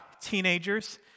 teenagers